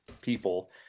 people